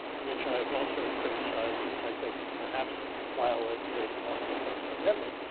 which i've also criticized, as i think perhaps violative of the first amendment,